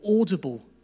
audible